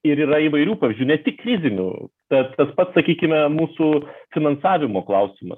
ir yra įvairių pavyzdžių ne tik krizinių tad tas pats sakykime mūsų finansavimo klausimas